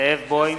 זאב בוים,